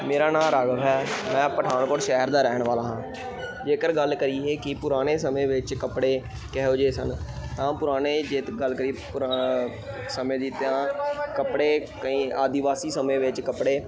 ਮੇਰਾ ਨਾਮ ਰਾਘਵ ਹੈ ਮੈਂ ਪਠਾਨਕੋਟ ਸ਼ਹਿਰ ਦਾ ਰਹਿਣ ਵਾਲਾ ਹਾਂ ਜੇਕਰ ਗੱਲ ਕਰੀਏ ਕਿ ਪੁਰਾਣੇ ਸਮੇਂ ਵਿੱਚ ਕੱਪੜੇ ਕਿਹੋ ਜਿਹੇ ਸਨ ਤਾਂ ਪੁਰਾਣੇ ਜੇ ਤਾਂ ਗੱਲ ਕਰੀਏ ਪੁਰਾ ਸਮੇਂ ਦੀ ਤਾਂ ਕੱਪੜੇ ਕਈ ਆਦੀਵਾਸੀ ਸਮੇਂ ਵਿੱਚ ਕੱਪੜੇ